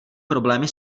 problémy